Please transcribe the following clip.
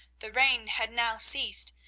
the rain had now ceased,